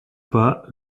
pas